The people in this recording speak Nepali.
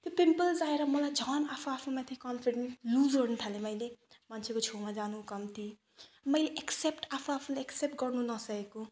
त्यो पिम्पल्स आएर मलाई झन् आफू आफूमाथि कन्फिडेन्ट लुज गर्नु थालेँ मैले मान्छेको छेउमा जानु कम्ती मैले एक्सेप्ट आफू आफूलाई एक्सेप्ट गर्नु नसकेको